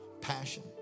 Passion